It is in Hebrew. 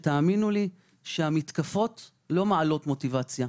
תאמינו לי שהמתקפות לא מעלות מוטיבציה.